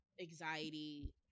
anxiety